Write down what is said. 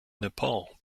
nepal